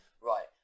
right